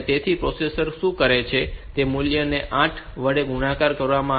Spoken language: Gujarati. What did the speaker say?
તેથી પ્રોસેસર શું કરે છે કે તે આ મૂલ્યને 8 વડે ગુણાકાર કરવામાં આવે છે